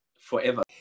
forever